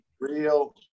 real